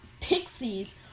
pixies